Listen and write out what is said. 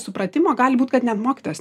supratimo gali būt kad net mokytojas